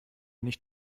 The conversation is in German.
nicht